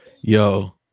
Yo